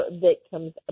victim's